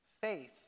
Faith